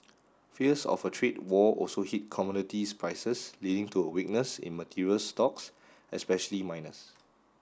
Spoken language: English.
fears of a trade war also hit commodities prices leading to a weakness in materials stocks especially miners